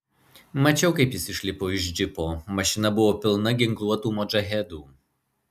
mačiau kaip jis išlipo iš džipo mašina buvo pilna ginkluotų modžahedų